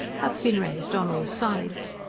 have been raised on all sides.